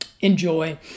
enjoy